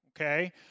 okay